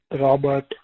Robert